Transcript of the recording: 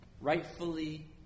rightfully